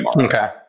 Okay